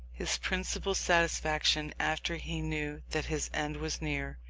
his principal satisfaction, after he knew that his end was near,